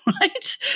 right